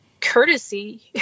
courtesy